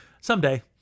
someday